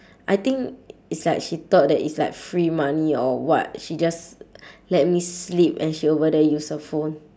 I think it's like she thought that it's like free money or what she just let me sleep and she over there use her phone